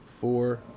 Four